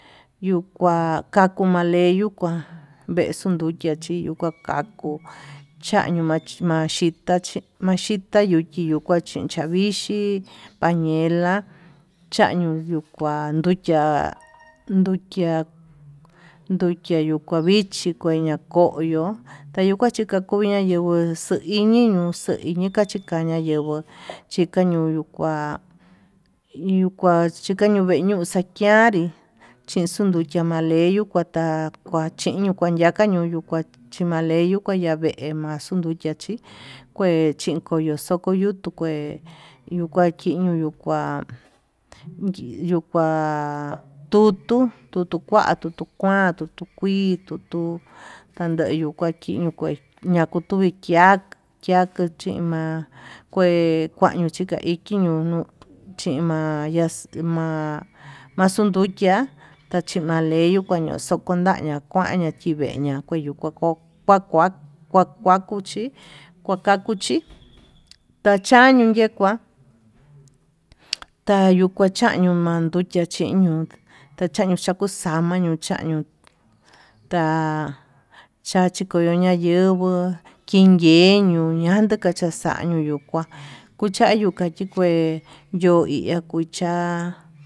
Yuu kua kaku maleyu kua vexuu ndukia chiyu makako chañio maxhita chi maxhitá, yuu iho chun chavixhi vañela chañuu yukua yui ya nduchia nduchia yuu kua vichi kueña koyo tayuka kuya yenguo, kuexu iñi yuu kachikaña yenguo yenguo chikañuñu kuá yuu kua chika ñeyiyuu xhikianrí chin xuu nduchia ñaleyu kua ta'a kuachiño kuayaka yuñio kuá, chimaleyu kuaxanve maxundukia chí kue chinkoyo xuku yuu yunkué yuu kua kiño yuu kua kii yuu kua tutu tutu kua tutu kuan tutu kuii tutu tandeyu kua tiño kue tuku ikia kiakuchima'a, kue kañuu chika iki ño'o chima yax chima'a xundukia tachimaleyu kuan xukun ndamiá kuaña chiveña kue yuu, kuako kuakia ko'o kua kuchi kuakakuchi tachañuu yekuá tayuu kuachañio mandukia chiño'o tachaño xakumaña ñuu cha'a ñuu ta'a chachikoño ña'a yenguó, kinki ñuu ñañuu chakaxa'a ñuñu kuá kuchayio kachi kué yo'o iha kucha'a.